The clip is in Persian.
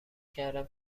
کردم